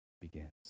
begins